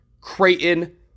Creighton